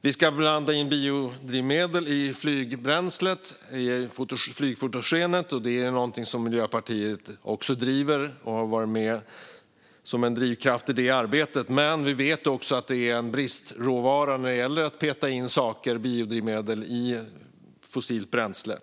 Vi ska blanda in biodrivmedel i flygbränslet, i flygfotogenet. Miljöpartiet har varit med som en drivkraft i det arbetet. Men vi vet också att det är fråga om bristråvaror när man ska peta in biodrivmedel i fossilt bränsle.